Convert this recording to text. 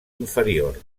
inferior